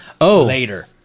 later